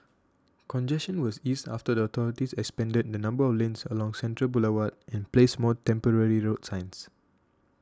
congestion was eased after the authorities expanded the number of lanes along Central Boulevard and placed more temporary road signs